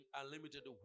unlimited